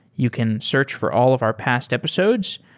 you can search for all of our past episodes,